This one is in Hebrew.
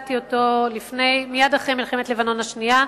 הצעתי אותו מייד אחרי מלחמת לבנון השנייה,